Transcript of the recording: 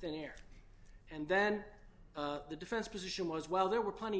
thin air and then the defense position was well there were plenty